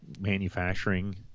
manufacturing